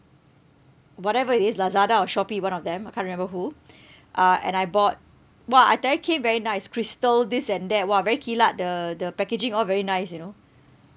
whatever it is Lazada or Shopee one of them I can't remember who uh and I bought !wah! I tell you came very nice crystal this and that !wah! very kilat the the packaging all very nice you know